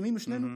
מסכימים שנינו?